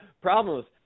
problems